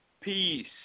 peace